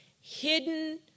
Hidden